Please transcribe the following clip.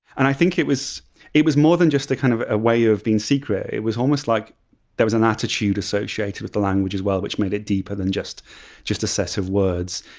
and it was it was more than just a kind of a way of being secret. it was almost like there was an attitude associated with the language as well, which made it deeper than just just a set of words.